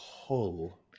Hull